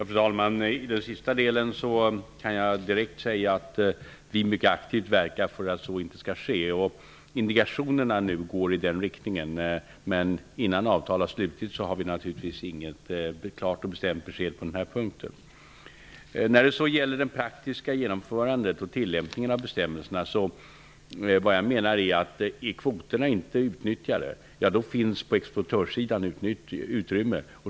Fru talman! I den sista delen kan jag direkt säga att vi mycket aktivt verkar för att så inte skall ske. Indikationerna går i den riktningen, men innan avtal har slutits har vi naturligtvis inget klart och bestämt besked på den här punkten. När det gäller det praktiska genomförandet och tillämpningen av bestämmelserna menar jag att om kvoterna inte är utnyttjade finns det på exportörsidan utrymme.